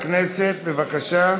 מזכירת הכנסת, בבקשה.